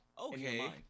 Okay